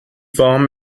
warm